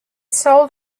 sold